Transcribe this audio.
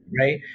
right